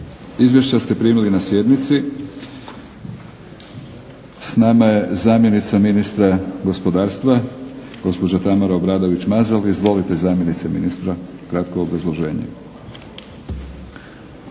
Izvješća ste primili na sjednici. S nama je zamjenica ministra gospodarstva, gospođa Tamara Obradović-Mazal. Izvolite zamjenice ministra kratko obrazloženje.